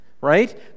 right